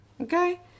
Okay